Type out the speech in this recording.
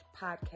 podcast